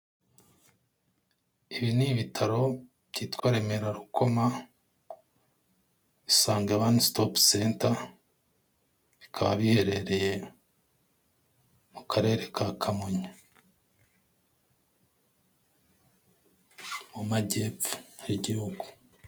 Ibi ni ibitaro byitwa Remera-Rukoma, Isange one stop center, bikaba biherereye mu Karere ka Kamonyi, mu majyepfo y'igihugu.